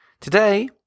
Today